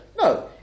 No